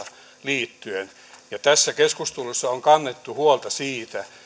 liittyen tässä keskustelussa on kannettu huolta siitä